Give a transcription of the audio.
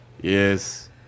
Yes